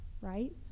right